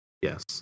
yes